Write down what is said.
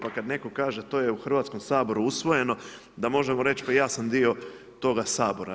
Pa kada netko kaže to je u Hrvatskom saboru usvojeno da možemo reći pa ja sam dio toga sabora.